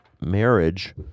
marriage